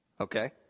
Okay